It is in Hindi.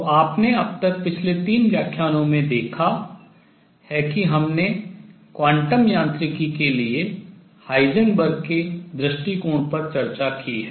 तो आपने अब तक पिछले तीन व्याख्यानों में देखा है कि हमने क्वांटम यांत्रिकी के लिए हाइजेनबर्ग के दृष्टिकोण पर चर्चा की है